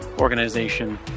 organization